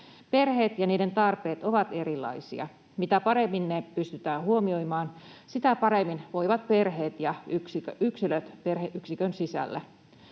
Perheet ja niiden tarpeet ovat erilaisia. Mitä paremmin ne pystytään huomioimaan, sitä paremmin voivat perheet — ja yksilöt perheyksikön sisällä.